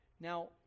Now